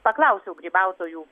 paklausiau grybautojų